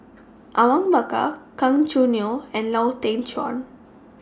Awang Bakar Gan Choo Neo and Lau Teng Chuan